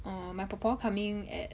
orh my 婆婆 coming at